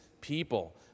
people